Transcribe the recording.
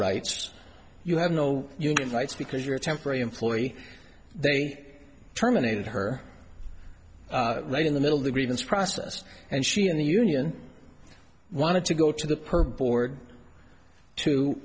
rights you have no union fights because you're a temporary employee they terminated her right in the middle of the grievance process and she and the union wanted to go to the per board to